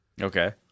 Okay